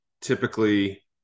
Typically